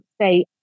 say